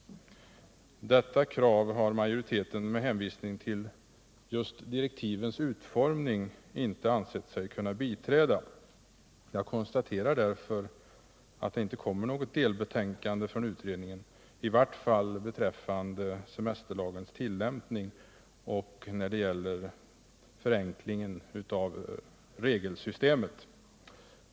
Detta krav har majoriteten, med hänvisning till just direktivens utformning, inte ansett sig kunna biträda. Jag konstaterar därför att det inte kommer att läggas fram något delbetänkande från utredningen, i vart fall inte beträffande semesterlagens tillämpning och förenklingen av regelsystemet.